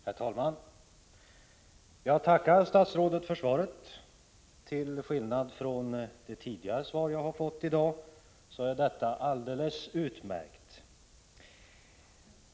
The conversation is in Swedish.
Herr talman! Jag tackar statsrådet för svaret. Till skillnad från de svar jag fick tidigare i dag är detta alldeles utmärkt.